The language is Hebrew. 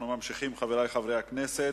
אנחנו ממשיכים, חברי חברי הכנסת.